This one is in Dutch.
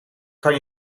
kan